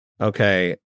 okay